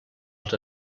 als